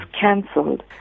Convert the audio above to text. cancelled